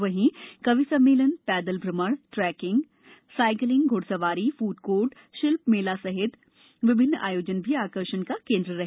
वहीं कवि सम्मेलनपैदल भ्रमण ट्रैकिंगए सायकलिंगए घ्ड़सवारीएफूड कोर्ट शिल्प कला सहित विभिन्न आयोजन भी आकर्षण का केन्द्र रहे